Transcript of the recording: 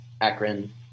Akron